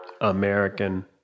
American